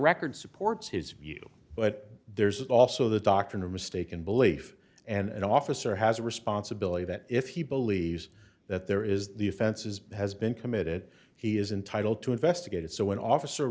record supports his view but there's also the doctrine of mistaken belief and officer has a responsibility that if he believes that there is the offenses has been committed he is entitled to investigate it so an officer